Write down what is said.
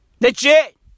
Legit